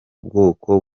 bwoko